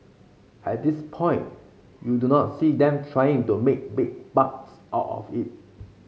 at this point you do not see them trying to make big bucks out of it